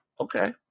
Okay